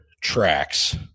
tracks